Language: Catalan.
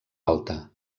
alta